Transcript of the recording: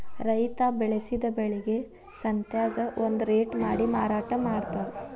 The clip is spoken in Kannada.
ರೈತಾ ಬೆಳಸಿದ ಬೆಳಿಗೆ ಸಂತ್ಯಾಗ ಒಂದ ರೇಟ ಮಾಡಿ ಮಾರಾಟಾ ಮಡ್ತಾರ